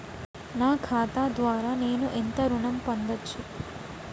నా ఖాతా ద్వారా నేను ఎంత ఋణం పొందచ్చు?